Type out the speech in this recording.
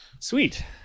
Sweet